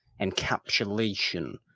encapsulation